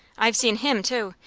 i've seen him, too.